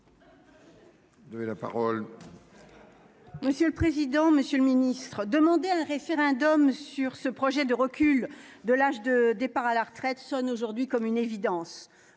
Monsieur le président, Monsieur le Ministre, demander un référendum sur ce projet de recul de l'âge de départ à la retraite sonne aujourd'hui comme une évidence.